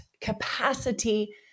capacity